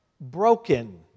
broken